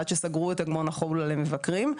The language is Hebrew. עד שסגרו על אגמון החולה למבקרים.